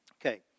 Okay